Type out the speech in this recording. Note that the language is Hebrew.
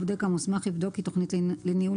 הבודק המוסמך יבדוק כי תוכנית לניהול